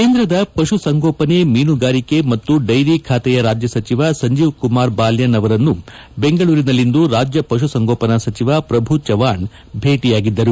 ಕೇಂದ್ರದ ಪಶು ಸಂಗೋಪನೆ ಮೀನುಗಾರಿಕೆ ಮತ್ತು ಡೈರಿ ಖಾತೆಯ ರಾಜ್ಯ ಸಚಿವ ಸಂಜೀವ್ ಕುಮಾರ್ ಬಾಲ್ಯನ್ ಅವರನ್ನು ಬೆಂಗಳೂರಿನಲ್ಲಿಂದು ರಾಜ್ಯ ಪಶು ಸಂಗೋಪನಾ ಸಚಿವ ಪ್ರಭು ಪ್ರಭು ಚವ್ಹಾಣ್ ಭೇಟಿ ಮಾಡಿದರು